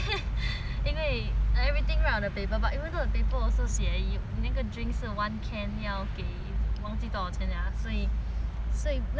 on a paper but even though the paper also 写那个 drink 是 one can 要给忘记多少钱 liao leh 所以那个 drink 不是 free flow liao leh